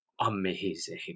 amazing